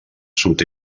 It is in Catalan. sud